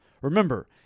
Remember